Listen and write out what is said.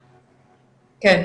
כן.